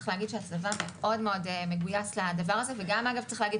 צריך להגיד שהצבא מאוד מגויס לדבר הזה וצריך להגיד